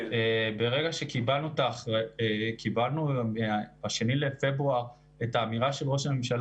ברגע שקיבלנו ב-2 בפברואר את האמירה של ראש הממשלה